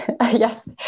Yes